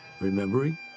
remembering